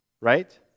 right